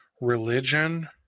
religion